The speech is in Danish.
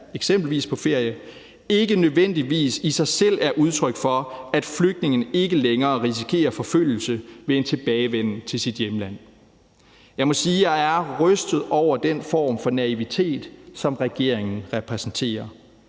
rejst til sit hjemland, ikke nødvendigvis i sig selv er udtryk for, at flygtningen ikke længere risikerer forfølgelse ved en tilbagevenden til sit hjemland.« Jeg må sige, at jeg er rystet over den form for naivitet, som regeringen repræsenterer.